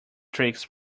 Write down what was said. tricks